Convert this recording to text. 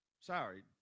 Sorry